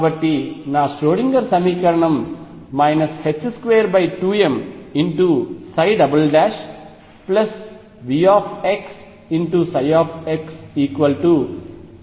కాబట్టి నా ష్రోడింగర్ సమీకరణం 22mψVxxEψx